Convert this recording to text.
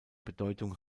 bedeutung